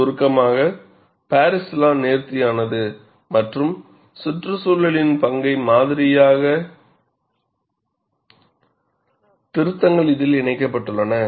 சுருக்கமாக Paris law நேர்த்தியானது மற்றும் சுற்றுச்சூழலின் பங்கை மாதிரியாக திருத்தங்கள் இதில் இணைக்கப்பட்டுள்ளன